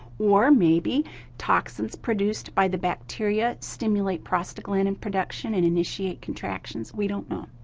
or maybe toxins produced by the bacteria stimulate prostaglandin production and initiate contractions. we don't know.